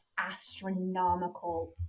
astronomical